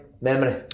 memory